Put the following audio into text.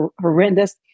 horrendous